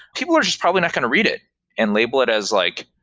people are just probably not going to read it and label it as like,